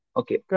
okay